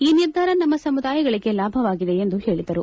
ಈ ನಿರ್ಧಾರ ನಮ್ಮ ಸಮುದಾಯಗಳಿಗೆ ಲಾಭವಾಗಿದೆ ಎಂದು ಹೇಳಿದರು